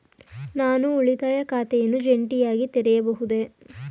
ನಾನು ಉಳಿತಾಯ ಖಾತೆಯನ್ನು ಜಂಟಿಯಾಗಿ ತೆರೆಯಬಹುದೇ?